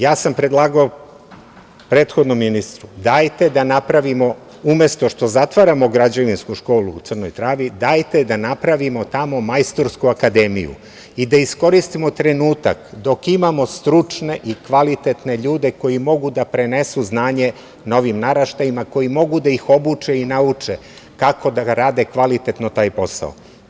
Ja sam predlagao prethodnom ministru dajte da napravimo umesto što zatvaramo Građevinsku školu u Crnoj Travi, dajte da napravimo tamo "majstorsku akademiju" i da iskoristimo trenutak dok imamo stručne i kvalitetne ljude koji mogu da prenesu znanje novim naraštajima, koji mogu da ih obuče i nauče kako da rade kvalitetno taj posao.